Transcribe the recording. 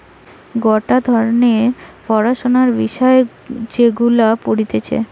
গটে ধরণের পড়াশোনার বিষয় যেগুলা পড়তিছে